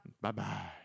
Bye-bye